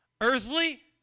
earthly